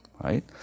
right